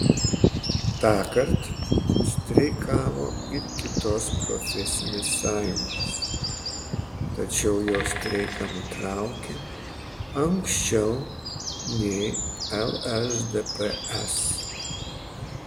tąkart streikavo ir kitos profesinės sąjungos tačiau jos streiką nutraukė anksčiau nei lšdps